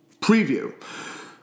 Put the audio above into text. Preview